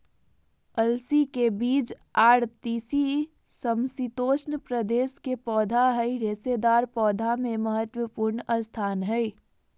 अलसी के बीज आर तीसी समशितोष्ण प्रदेश के पौधा हई रेशेदार पौधा मे महत्वपूर्ण स्थान हई